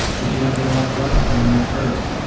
but you want to get a lot of blood flow in there first.